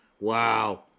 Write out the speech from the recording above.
Wow